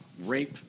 rape